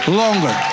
longer